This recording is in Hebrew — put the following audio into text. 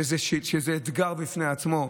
זה אתגר בפני עצמו,